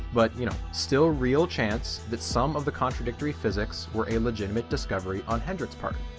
but you know, still real chance that some of the contradictory physics were a legitimate discovery on hendrik's part.